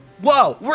Whoa